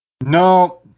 No